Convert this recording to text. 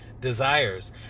desires